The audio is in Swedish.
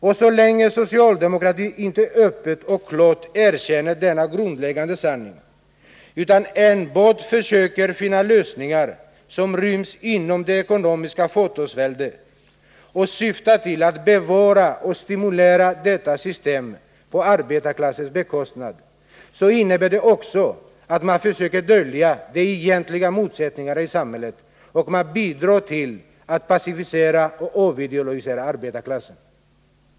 Och så länge socialdemokratin inte öppet och klart erkänner denna grundläggande sanning utan enbart försöker finna lösningar som ryms inom det ekonomiska fåtalsväldet och syftar till att bevara och stimulera detta system på arbetarklassens bekostnad innebär det att man försöker dölja de egentliga motsättningarna i samhället och att man bidrar till att passivera och avideologisera arbetarklassen.